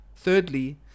Thirdly